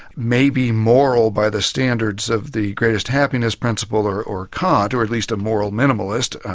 maybe moral by the standards of the greatest happiness principle or or kant, or at least a moral minimalist,